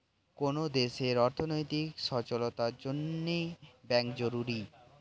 কোন দেশের অর্থনৈতিক সচলতার জন্যে ব্যাঙ্ক জরুরি